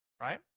right